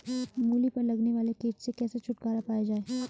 मूली पर लगने वाले कीट से कैसे छुटकारा पाया जाये?